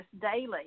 daily